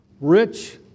Rich